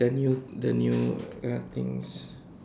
their new the new uh things